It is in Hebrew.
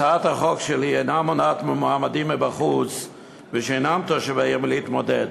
הצעת החוק שלי אינה מונעת ממועמדים מבחוץ ושאינם תושבי העיר להתמודד,